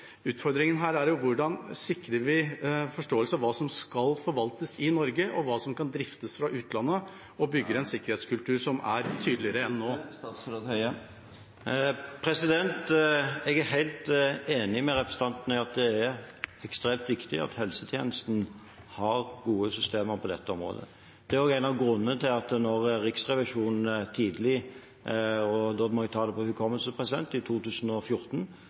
Utfordringen her er hvordan vi sikrer forståelse for hva som skal forvaltes i Norge og hva som kan driftes fra utlandet, og bygger en sikkerhetskultur som er i tråd med dette. Jeg er helt enig med representanten i at det er ekstremt viktig at helsetjenesten har gode systemer på dette området. Det er også en av grunnene til at da Riksrevisjonen tidlig i – her må jeg ta det på hukommelsen – 2014